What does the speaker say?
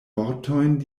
vortojn